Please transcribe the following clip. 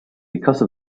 because